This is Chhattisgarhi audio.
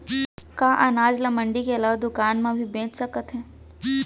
का अनाज ल मंडी के अलावा दुकान म भी बेचे जाथे सकत हे?